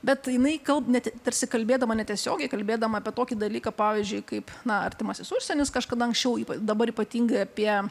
bet jinai gal net tarsi kalbėdama netiesiogiai kalbėdama apie tokį dalyką pavyzdžiui kaip na artimasis užsienis kažkada anksčiau dabar ypatingai apie